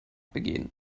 begehen